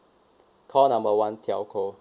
call number one telco